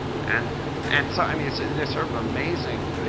and and so, i mean, it's sort of amazing.